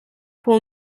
pour